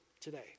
today